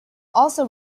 also